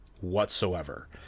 whatsoever